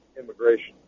immigration